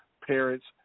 parents